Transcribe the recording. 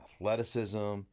athleticism